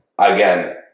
again